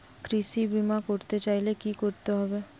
কৃষি বিমা করতে চাইলে কি করতে হবে?